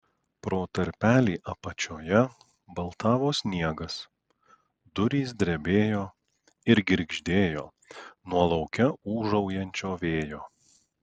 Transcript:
pro tarpelį apačioje baltavo sniegas durys drebėjo ir girgždėjo nuo lauke ūžaujančio vėjo